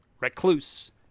recluse